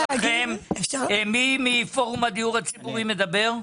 מי מפורום הדיור הציבורי מדבר?